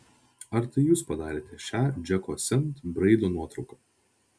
ar tai jūs padarėte šią džeko sent braido nuotrauką